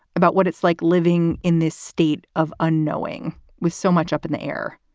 about what it's like living in this state of unknowing with so much up in the air.